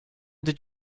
did